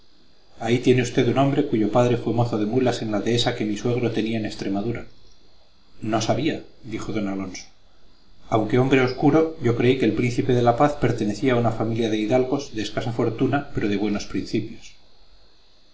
ahí tiene usted un hombre cuyo padre fue mozo de mulas en la dehesa que mi suegro tenía en extremadura no sabía dijo d alonso aunque hombre obscuro yo creí que el príncipe de la paz pertenecía a una familia de hidalgos de escasa fortuna pero de buenos principios